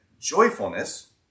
joyfulness